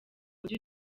mugi